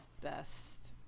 best